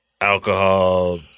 alcohol